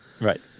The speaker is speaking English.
Right